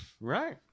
Right